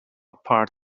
part